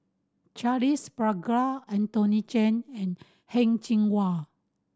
Charles Paglar Anthony Chen and Heng Cheng Hwa